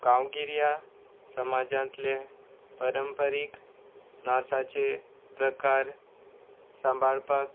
गांवगिऱ्या समाजांतले परंपारीक नाचाचे प्रकार सांबाळपाक